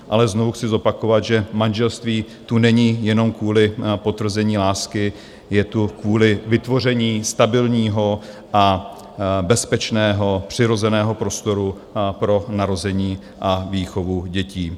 Ale znovu chci zopakovat, že manželství tu není jenom kvůli potvrzení lásky, je tu kvůli vytvoření stabilního a bezpečného přirozeného prostoru pro narození a výchovu dětí.